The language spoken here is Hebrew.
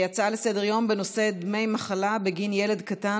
הצעות לסדר-היום בנושא: דמי מחלה בגין ילד קטן